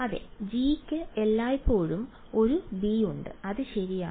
അതെ G ക്ക് എല്ലായിടത്തും ഒരു ബി ഉണ്ട് അത് ശരിയാണ്